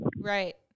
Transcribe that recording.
Right